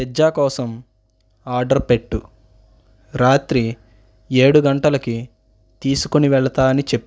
pizza కోసం order పెట్టు రాత్రి ఏడు గంటలకి తీసుకుని వెళతా అని చెప్పు